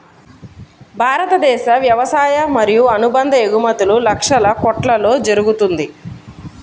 భారతదేశ వ్యవసాయ మరియు అనుబంధ ఎగుమతులు లక్షల కొట్లలో జరుగుతుంది